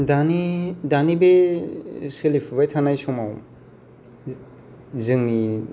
दानि दानि बे सोलिफुबाय थानाय समाव जोंनि